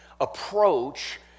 approach